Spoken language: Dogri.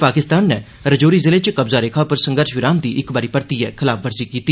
पाकिस्तान नै रजौरी जिले च कब्ज़ा रेखा उप्पर संघर्ष विराम दी इक बारी परतियै खलाफवर्जी कीती